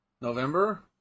November